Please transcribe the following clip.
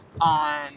on